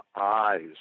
eyes